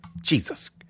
Jesus